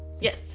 Yes